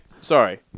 Sorry